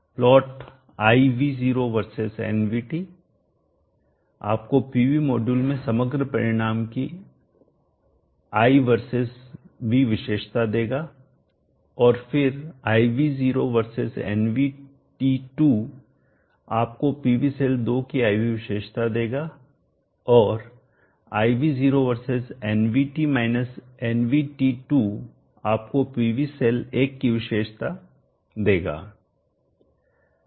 plot i v0 versus nvt आपको PV module में समग्र परिणाम की Iकरंट वर्सेस V विशेषता देगा और फिर i v0 वर्सेस nVt 2 आपको PV सेल 2 की I V विशेषता देगा और i v0 versus nvt nvt2 आपको PV सेल 1 की I V विशेषता देगा